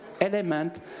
element